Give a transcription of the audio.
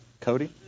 Cody